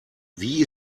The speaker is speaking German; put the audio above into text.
wie